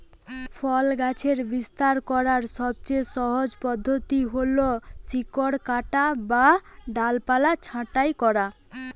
ফল গাছের বিস্তার করার সবচেয়ে সহজ পদ্ধতি হল শিকড় কাটা বা ডালপালা ছাঁটাই করা